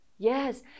Yes